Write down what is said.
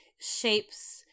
shapes